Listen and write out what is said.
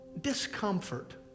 discomfort